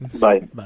Bye